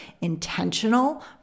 intentional